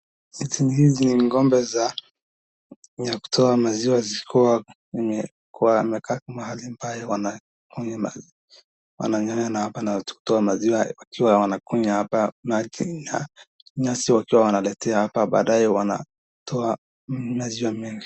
Hizi ni ng'ombe za ya kutoa maziwa zikiwa zimekaa mahali mbaya wanapokunywa maji wanakunywa na hapa wanatoa maziwa wakiwa wanakunywa hapa maji na nyasi wakiwa wanaletewa hapa baadaye wanatoa maziwa mengi.